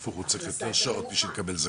הפוך הוא צריך יותר שעות בשביל לקבל זכאות.